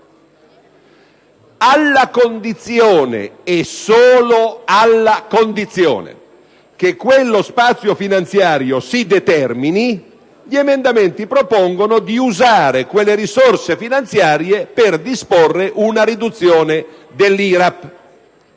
Alla condizione - e solo alla condizione - che quello spazio finanziario si determini, gli emendamenti propongono di usare quelle risorse finanziarie per disporre una riduzione dell'IRAP.